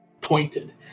pointed